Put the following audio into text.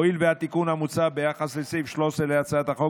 הואיל והתיקון המוצע ביחס לסעיף 13 להצעת החוק